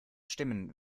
stimmen